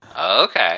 Okay